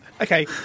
Okay